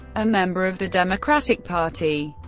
a member of the democratic party,